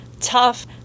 Tough